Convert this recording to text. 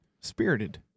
Spirited